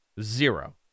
zero